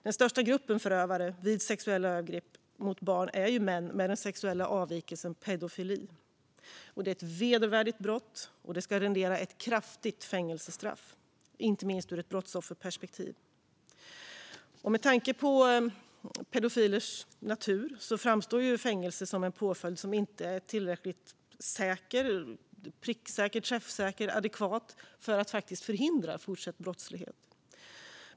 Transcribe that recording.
Den största gruppen förövare vid sexuella övergrepp mot barn är män med den sexuella avvikelsen pedofili. Det är ett vedervärdigt brott och ska rendera ett kraftigt fängelsestraff, inte minst ur ett brottsofferperspektiv. Med tanke på pedofilers natur framstår fängelse som en påföljd som inte är tillräckligt säker, pricksäker, träffsäker eller adekvat för att faktiskt förhindra fortsatt brottslighet.